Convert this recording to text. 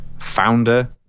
founder